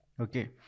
Okay